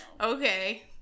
Okay